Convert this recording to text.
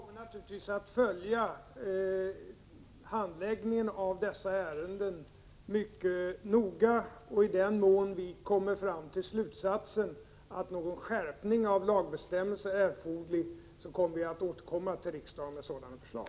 Herr talman! Vi kommer naturligtvis att följa handläggningen av dessa ärenden mycket noga. I den mån vi kommer fram till slutsatsen att någon skärpning av lagbestämmelserna är erforderlig, återkommer jag till riksdagen med ett sådant förslag.